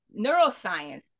neuroscience